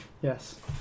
Yes